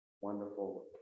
wonderful